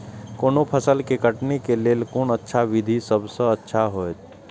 कोनो फसल के कटनी के लेल कोन अच्छा विधि सबसँ अच्छा होयत?